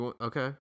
Okay